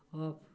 off